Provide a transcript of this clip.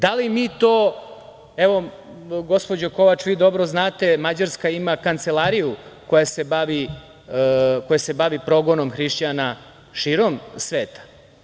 Da li mi to, evo gospođo Kovač, vi dobro znate, Mađarska ima kancelariju koja se bavi progonom hrišćana širom sveta.